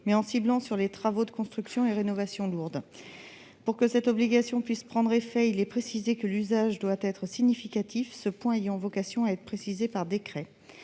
mais en ciblant sur les travaux de construction et rénovation lourde pour que cette obligation puisse prendre effet il est précisé que l'usage doit être significatif ce point il y a vocation à être précisées par décret,